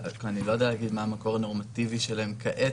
אני לא יודע להגיד מה המקור הנורמטיבי שלהם כעת,